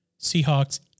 Seahawks